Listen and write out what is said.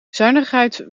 zuinigheid